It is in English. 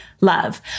love